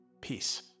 Peace